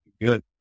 good